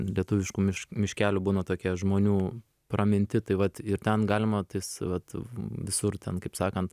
lietuviškų miš miškelių būna tokie žmonių praminti tai vat ir ten galima tais vat visur ten kaip sakant